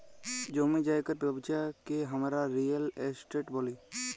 জমি জায়গার ব্যবচ্ছা কে হামরা রিয়েল এস্টেট ব্যলি